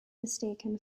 mistaken